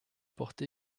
porte